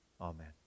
Amen